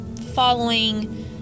following